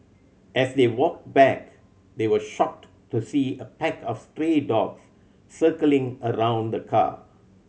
as they walked back they were shocked to see a pack of stray dogs circling around the car